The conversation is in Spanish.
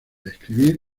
escribir